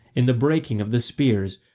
in the breaking of the spears,